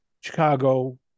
Chicago